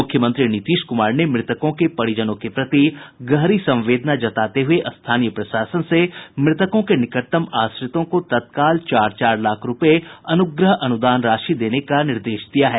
मुख्यमंत्री नीतीश कुमार ने मृतकों के परिजनों के प्रति गहरी संवेदना जताते हुए स्थानीय प्रशासन से मृतकों के निकटतम आश्रितों को तत्काल चार चार लाख रूपये अनुग्रह अनुदान राशि देने का निर्देश दिया है